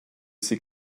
ses